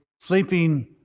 sleeping